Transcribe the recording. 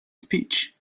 speech